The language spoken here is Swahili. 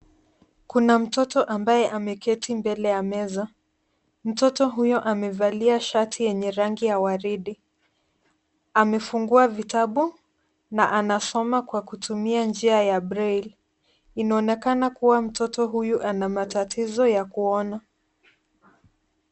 Kuna mtoto ambaye ameketi mbele ya meza. Mtoto huyo amevalia shati yenye rangi ya waridi. Amefungua vitabu na anasoma kwa kutumia njia ya breli. Inaonekana kuwa mtoto huyu ana matatizo ya kuona.